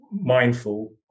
mindful